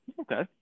Okay